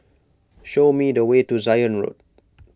show me the way to Zion Road